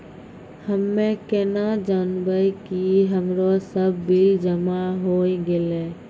हम्मे केना जानबै कि हमरो सब बिल जमा होय गैलै?